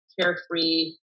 carefree